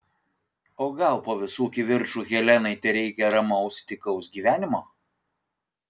o gal po visų kivirčų helenai tereikia ramaus tykaus gyvenimo